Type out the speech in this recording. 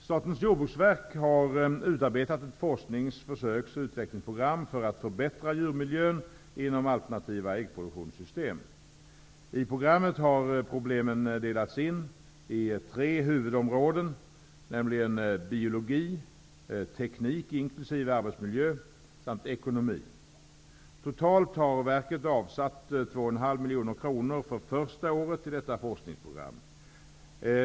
Statens jordbruksverk har utarbetat ett forsknings-, försöks och utvecklingsprogram för att förbättra djurmiljön inom alternativa äggproduktionssystem. I programmet har problemen delats in i tre huvudområden, nämligen biologi, teknik inkl. arbetsmiljö samt ekonomi. Totalt har verket avsatt 2,5 miljoner kronor för första året i detta forskningsprogram.